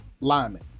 lineman